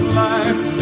life